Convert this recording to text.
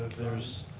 there's,